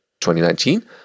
2019